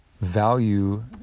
value